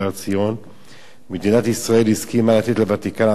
מדינת ישראל הסכימה לתת לוותיקן עדיפות בחכירה